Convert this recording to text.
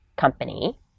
company